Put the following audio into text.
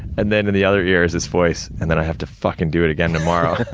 and then, in the other ear is this voice, and then i have to fucking do it again tomorrow.